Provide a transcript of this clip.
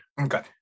okay